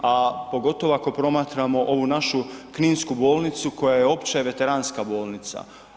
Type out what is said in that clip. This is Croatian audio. A pogotovo ako promatramo ovu našu Kninsku bolnicu koja je Opće veteranska bolnica.